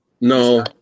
No